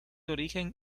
origen